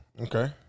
okay